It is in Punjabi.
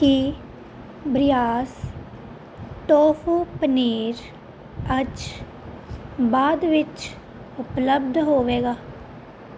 ਕੀ ਬ੍ਰਿਯਾਸ ਟੋਫੂ ਪਨੀਰ ਅੱਜ ਬਾਅਦ ਵਿੱਚ ਉਪਲੱਬਧ ਹੋਵੇਗਾ